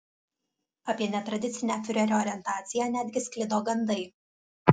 apie netradicinę fiurerio orientaciją netgi sklido gandai